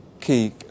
key